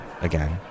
again